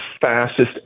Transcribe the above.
fastest